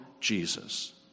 Jesus